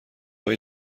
های